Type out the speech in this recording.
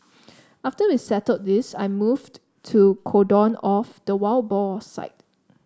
after we settled this I moved to cordon off the wild boar site